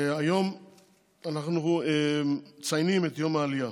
היום אנחנו מציינים את יום העלייה.